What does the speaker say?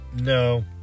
no